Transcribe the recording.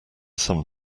some